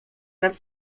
nad